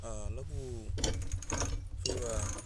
lagu, feiva,